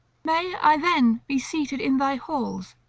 may i then be seated in thy halls,